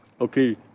okay